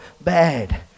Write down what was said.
bad